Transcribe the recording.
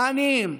בעניים,